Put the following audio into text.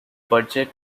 budget